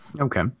Okay